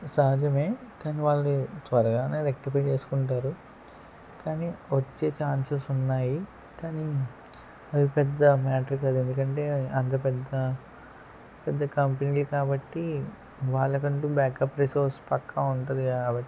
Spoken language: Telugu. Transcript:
సహజమే కానీ వాళ్ళు త్వరగానే రెక్టిఫై చేసుకుంటారు కానీ వచ్చే ఛాన్సెస్ ఉన్నాయి కానీ అది పెద్ద మ్యాటర్ కాదు ఎందుకంటే అంత పెద్ద పెద్ద కంపెనీలు కాబట్టి వాళ్లకంటూ బ్యాక్ అప్ రిసోర్స్ పక్కా ఉంటుంది కాబట్టి